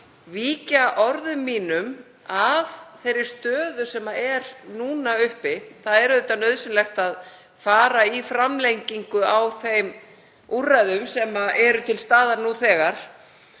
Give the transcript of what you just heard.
víkja orðum mínum að þeirri stöðu sem núna er uppi. Auðvitað er nauðsynlegt að fara í framlengingu á þeim úrræðum sem eru til staðar nú þegar